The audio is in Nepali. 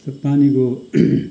पानीको